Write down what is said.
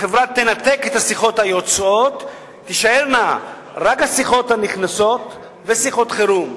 החברה תנתק את השיחות היוצאות ותישארנה רק השיחות הנכנסות ושיחות חירום.